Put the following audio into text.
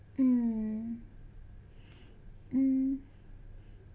mm mm